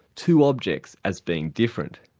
two objects as being different.